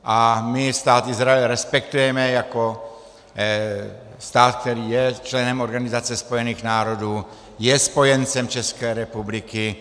A my Stát Izrael respektujeme jako stát, který je členem Organizace spojených národů, je spojencem České republiky.